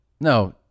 no